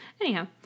anyhow